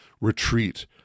retreat